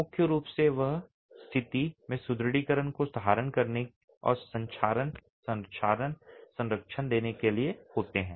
मुख्य रूप से वे सही स्थिति में सुदृढीकरण को धारण करने और संक्षारण संरक्षण देने के लिए होते हैं